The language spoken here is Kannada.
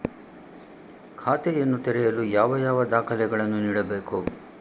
ಖಾತೆಯನ್ನು ತೆರೆಯಲು ಯಾವ ಯಾವ ದಾಖಲೆಗಳನ್ನು ನೀಡಬೇಕು?